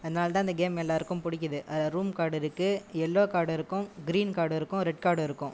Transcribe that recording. அதனால்தான் அந்த கேம் எல்லாருக்கும் பிடிக்குது அதை ரூம் கார்டு இருக்குது எல்லோ கார்டு இருக்கும் க்ரீன் கார்டு இருக்கும் ரெட் கார்டு இருக்கும்